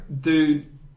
Dude